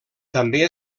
també